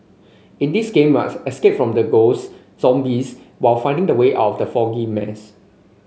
in this game must escape from the ghost zombies while finding the way out of the foggy maze